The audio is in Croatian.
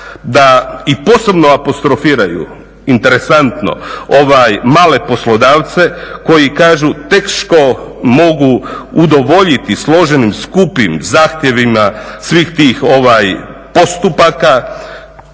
da i posebno apostrofiraju, interesantno male poslodavce koji kažu teško mogu udovoljiti složenim, skupim zahtjevima svih tih postupaka,